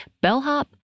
bellhop